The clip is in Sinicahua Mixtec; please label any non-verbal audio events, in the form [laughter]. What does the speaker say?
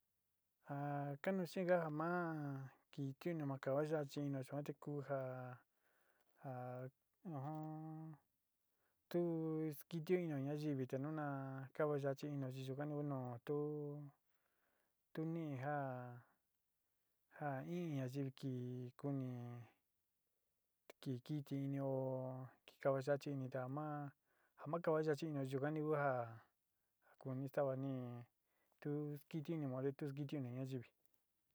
Ja kanú xeénga ja ma kiti inío ma kava yachi inío yuan te ku ja ja [hesitation] tu skitío ini ñayivi te nu na kava yachi inío chi yuka ni nu tu tu nií ja ja in ñayivi kin kuni ki kiti inío ki kava yachi ini te ja ma ja ma kava yachi inío yuka ni ku ja ja kuni stava ni tu skiti ini mayo tu skitío ini ñayivi.